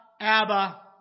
Abba